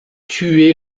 tué